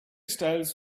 styles